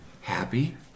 Happy